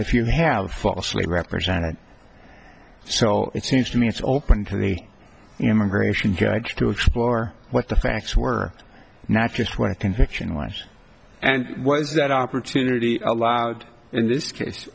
if you have falsely represented so it seems to me it's all open to the immigration judge to explore what the facts were not just went conviction watch and was that opportunity allowed in this case